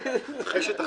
שאתם